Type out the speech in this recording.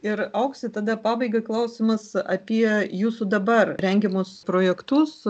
ir aukse tada pabaigai klausimas apie jūsų dabar rengiamus projektus